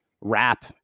rap